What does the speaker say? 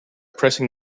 pressing